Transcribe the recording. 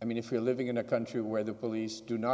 i mean if you're living in a country where the police do not